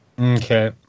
Okay